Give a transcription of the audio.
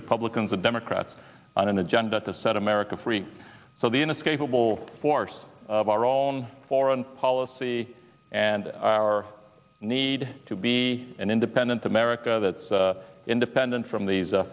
republicans and democrats on an agenda to set america free so the inescapable force of our own foreign policy and our need to be an independent america that's independent from these